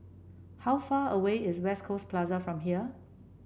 how far away is West Coast Plaza from here